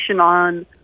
on